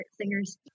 singers